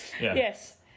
yes